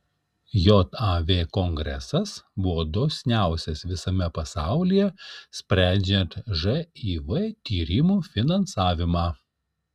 jav kongresas buvo dosniausias visame pasaulyje sprendžiant živ tyrimų finansavimą